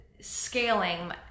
scaling